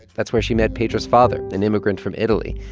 that's where she met pedro's father, an immigrant from italy.